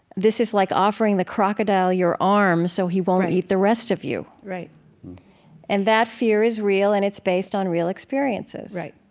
this is like offering the crocodile your arm so he won't eat the rest of you right and that fear is real. and it's based on real experiences right.